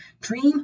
dream